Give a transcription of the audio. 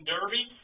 Derby